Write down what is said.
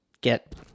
get